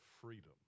freedom